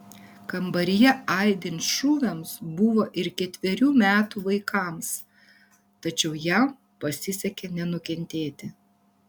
kambaryje aidint šūviams buvo ir ketverių metų vaikams tačiau jam pasisekė nenukentėti